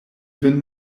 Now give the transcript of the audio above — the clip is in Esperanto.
vin